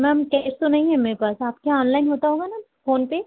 ma'am cash तो नहीं है मेरे पास आप के यहाँ ऑनलाइन होता होगा ना फोनपे